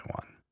one